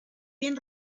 bien